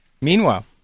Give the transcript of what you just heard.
Meanwhile